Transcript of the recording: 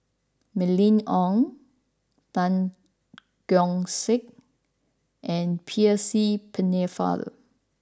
Mylene Ong Tan Keong Saik and Percy Pennefather